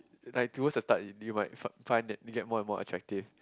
like towards the type that you might find find that it get more and more attractive